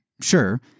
sure